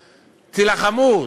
תילחמו,